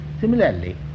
Similarly